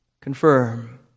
confirm